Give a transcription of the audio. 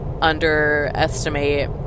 underestimate